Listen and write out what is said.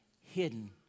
hidden